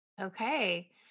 Okay